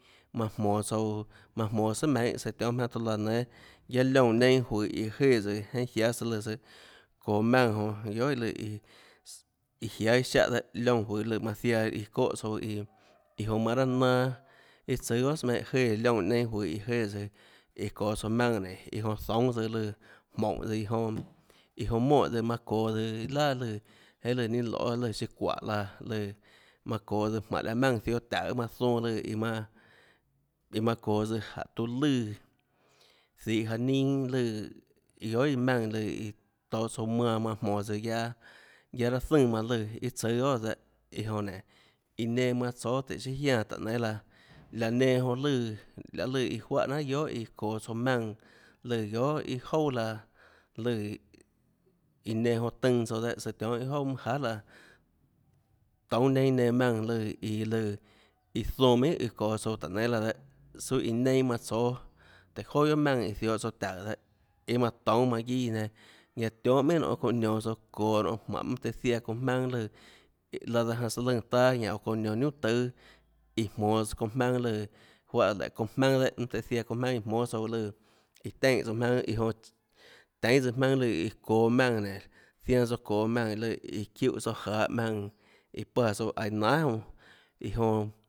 Manã jmonå tsouã manã jmonå sùà meinhâ tionhâ jmaønâ tuã laã nénâ guiaâ liñã neinâ juøå iã jéã tsøã guiaâ søã lùã søã çoå maùnã jonã guiohà iã iã jiáâ iâ siáhã liónã juøå lùã manã ziaã çóhã tsouã iã iã jonã manã raâ nanâ iâ tsùâ guiohà sùà meinhâ jéã líonã neinâ juøå iã jéã tsøã iã çoå tsouã maùnã nénå iã jonã zoúnâ tsøã lùã moúnhå tsøã iã jonã iã jonã monè tsøã manã çoå tsøã iâ laà lùã jeinhâ lùã ninâ loê lùã siã çuáhålaã lùã manã çoå tsøã mánhå laã maùnã ziohå taùå manã lùã manã zonãlùã iã manã iã manã çoå tsøã jánhå tuã lùã zihå jaå ninâ lùã guiohà maùnã iã tohå tsouã manã manã jmonå tsøã guiaâ guiaâ raâ zùnã manã lùã iâ tsùâ guiohà dehâ iã jonã nénå iã nenã manã tsóâ tùhå siâ jiánã táhå nénâ laã laã nenã jonã lùã lahê lùã juáhã jnanhà guiohà iã çoå tsouã maùnã lùã guiohà iâ jouà laã lùã iã nenã jonã tønã tsouã dehâ tionhâ iâ jouà manâ jahà laã toúnâ neinâ nenã maùnã lùã iã lùã iã zoã minhà iã çoå tsouã táhå nénâ laã suâ iã neinâ manã tsóâ tùhå joà guiohà maùnã ziohå tsouã taùå iâ manã toúnâ manã guiâ iã nenã ñanã tionhâ minhà nonê çounã nionå søã çoå nonê jmánhå mønâ tøhê ziaã jmaønâ lùã laã daã janã søãlùnã taâ ñanã oå çounã nionå niunà tùâ iã jmonås çounã jmaønâ lùã juáhã léhå çounã jmaønã dehâ mønâ tøê ziaã çounã jmaønâ jmóâ tsouã lùã iã teínhã tsøã jmaønâ iã jonã teínâ tsøã jmaønâ iã lùã iã çoå maùnã zianã tsouã çoå maùnã iã lùã iã çiúhã tsouã jahå maùnã iã páã tsouã aiå nanhà jonã iã jonã